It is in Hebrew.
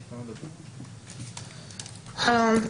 שלום.